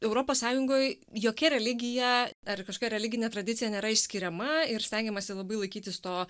europos sąjungoj jokia religija ar kažkokia religinė tradicija nėra išskiriama ir stengiamasi labai laikytis to